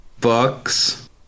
Bucks